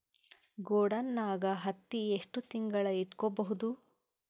ಗೊಡಾನ ನಾಗ್ ಹತ್ತಿ ಎಷ್ಟು ತಿಂಗಳ ಇಟ್ಕೊ ಬಹುದು?